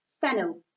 Fennel